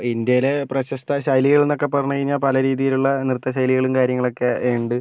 ഇന്ത്യയിലെ പ്രശസ്ത ശൈലികൾ എന്നൊക്കെ പറഞ്ഞു കഴിഞ്ഞാൽ പല രീതിയിലുള്ള നൃത്ത ശൈലികളും കാര്യങ്ങളൊക്കെ ഉണ്ട്